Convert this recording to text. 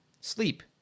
sleep